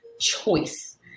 choice